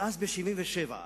ואז, ב-1977,